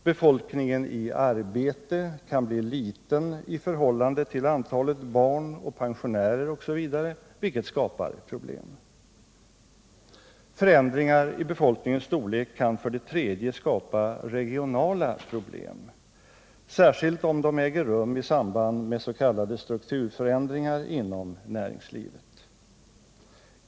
Befolkningen i arbete kan bli liten i förhållande till antalet barn och pensionärer osv., vilket skapar problem. Förändringar i befolkningens storlek kan för det tredje skapa regionala problem, särskilt om de äger rum i samband med s.k. strukturförändringar inom näringslivet.